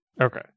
okay